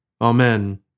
Amen